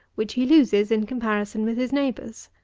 which he loses in comparison with his neighbours.